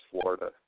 Florida